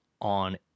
on